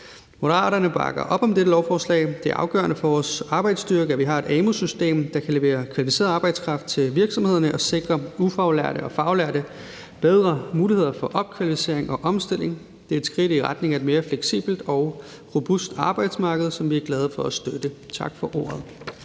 Moderaterne bakker op om dette lovforslag. Det er afgørende for vores arbejdsstyrke, at vi har et amu-system, der kan levere kvalificeret arbejdskraft til virksomhederne og sikre ufaglærte og faglærte bedre muligheder for opkvalificering og omstilling. Det er et skridt i retning af et mere fleksibelt og robust arbejdsmarked, som vi er glade for at støtte. Tak for ordet.